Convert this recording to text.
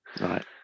Right